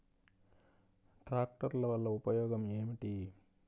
ట్రాక్టర్ల వల్ల ఉపయోగం ఏమిటీ?